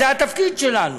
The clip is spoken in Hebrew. זה התפקיד שלנו.